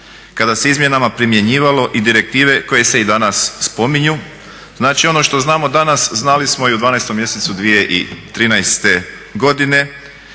kada se izmjenama primjenjivalo i direktive koje se danas spominju. Znači ono što znamo danas znali smo i u 12.mjesecu 2013.godine,